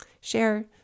share